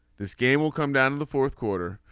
this game will come down to the fourth quarter.